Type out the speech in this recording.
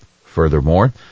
Furthermore